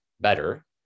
better